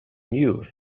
new